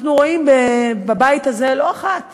אנחנו רואים בבית הזה לא אחת